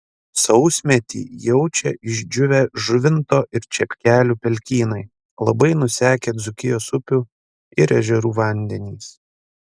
sausmetį jaučia išdžiūvę žuvinto ir čepkelių pelkynai labai nusekę dzūkijos upių ir ežerų vandenys